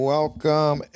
Welcome